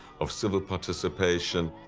of civil participation.